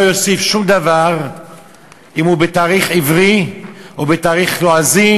לא יוסיף שום דבר אם הוא בתאריך עברי או בתאריך לועזי,